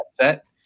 set